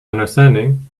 understanding